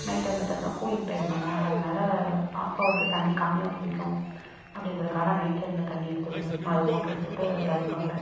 night டைம்மில தட்டினா cooling time தானே அதனால அப்போ வந்து தண்ணி கம்மியாக பிடிக்கும் அப்படின்றதுக்காக நைட் டைம்மில தண்ணி எடுத்துவிடுவேன் மா அது மோட்ரு எடுத்துவிட்டு தண்ணி பார்ப்பேன்